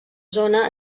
zona